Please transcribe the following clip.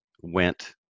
went